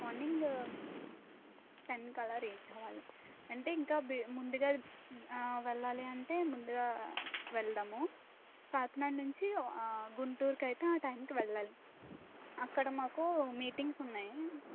morning టెన్కి అలా reach అవ్వాలి అంటే ఇంకా ముందుగా వెళ్ళాలి అంటే ముందుగా వెళ్దాము కాకినాడ నుంచి గుంటూరుకి అయితే ఆ టైంకి వెళ్ళాలి అక్కడ మాకు మీటింగ్స్ ఉన్నాయి